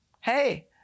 Hey